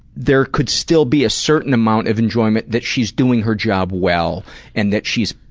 there could still be a certain amount of enjoyment that she's doing her job well and that she's